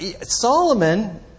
Solomon